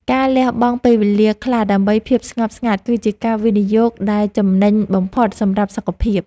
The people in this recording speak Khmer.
ការលះបង់ពេលវេលាខ្លះដើម្បីភាពស្ងប់ស្ងាត់គឺជាការវិនិយោគដែលចំណេញបំផុតសម្រាប់សុខភាព។